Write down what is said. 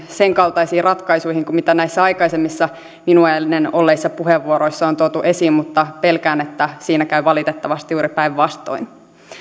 sen kaltaisiin ratkaisuihin kuin mitä näissä aikaisemmissa minua ennen olleissa puheenvuoroissa on tuotu esiin mutta pelkään että siinä käy valitettavasti juuri päinvastoin